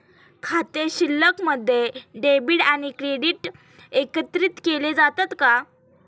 खाते शिल्लकमध्ये डेबिट आणि क्रेडिट एकत्रित केले जातात का?